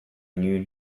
new